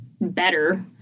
better